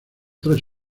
tres